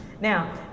Now